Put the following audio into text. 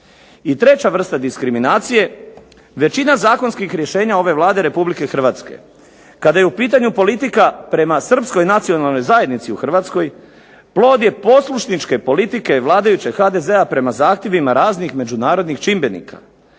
I treća vrsta diskriminacije, većina zakonskih rješenja ove Vlade Republike Hrvatske kada je u pitanju politika prema Srpskoj nacionalnoj zajednici u Hrvatskoj plod je poslušničke politike vladajućeg HDZ-a prema zahtjevima raznih međunarodnih čimbenika.